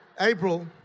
April